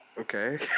Okay